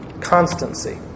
constancy